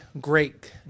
great